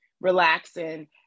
relaxing